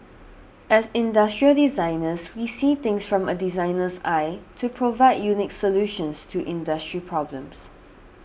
as industrial designers we see things from a designer's eye to provide unique solutions to industry problems